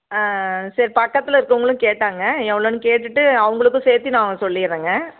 சரி பக்கத்தில் இருக்கவங்களும் கேட்டாங்க எவ்வளோன்னு கேட்டுகிட்டு அவங்களுக்கும் சேர்த்தி நான் சொல்லிடுறேங்க